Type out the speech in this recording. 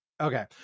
Okay